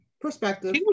perspective